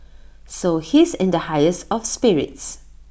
so he's in the highest of spirits